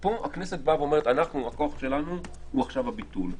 פה הכנסת אומרת: הכוח שלנו הוא עכשיו הביטול.